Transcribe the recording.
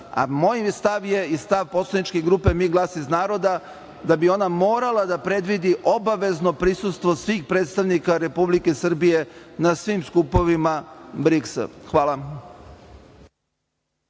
a moj stav i stav moje poslaničke grupe MI - Glas iz naroda, je da bi ona morala da predvidi obavezno prisustvo svih predstavnika Republike Srbije na svim skupovima BRIKS-a. Hvala.